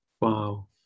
Wow